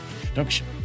introduction